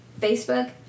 Facebook